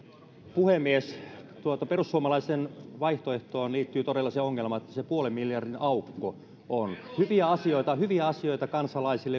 puhemies perussuomalaisten vaihtoehtoon liittyy todella se ongelma että se se puolen miljardin aukko on kansalaisille on hyviä asioita